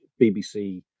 BBC